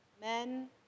men